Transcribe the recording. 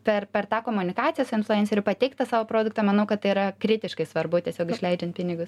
per per tą komunikaciją su influenceriu pateikt tą savo produktą manau kad tai yra kritiškai svarbu tiesiog išleidžiant pinigus